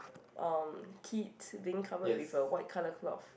um kids being covered with a white colour cloth